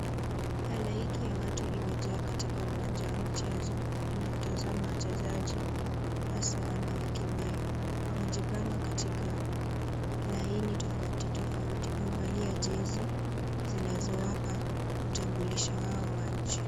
Halaiki ya watu imejaa katika uwanja wa mchezo inawatazama wachezaji hasa wanaokimbia. Wamejipanga katika laini tofauti tofauti. Wamevalia jezi zinazowapa utambulisho wao wa nchi.